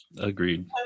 Agreed